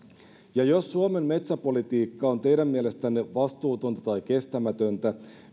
ja jos suomen metsäpolitiikka on teidän mielestänne vastuutonta tai kestämätöntä